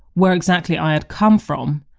where exactly i had come from,